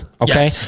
okay